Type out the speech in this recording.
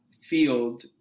field